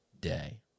day